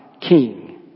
king